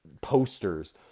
posters